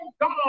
God